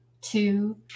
two